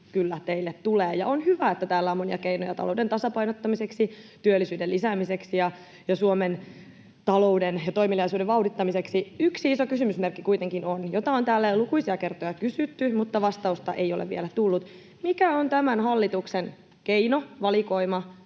teille tulee. Ja on hyvä, että täällä on monia keinoja talouden tasapainottamiseksi, työllisyyden lisäämiseksi ja Suomen talouden ja toimeliaisuuden vauhdittamiseksi. On kuitenkin yksi iso kysymysmerkki, josta on täällä jo lukuisia kertoja kysytty mutta johon vastausta ei ole vielä tullut: Mikä on tämän hallituksen keinovalikoima